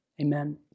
Amen